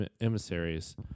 emissaries